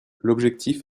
l’objectif